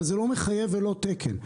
אבל זה לא מחייב ולא תקן.